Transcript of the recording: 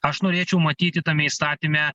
aš norėčiau matyti tame įstatyme